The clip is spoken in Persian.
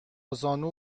زانو